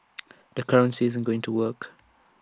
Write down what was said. the currency isn't going to work